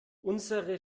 unsere